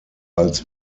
als